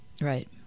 right